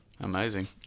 Amazing